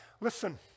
Listen